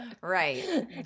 Right